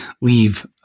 leave